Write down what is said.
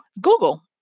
Google